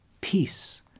peace